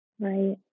Right